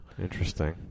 interesting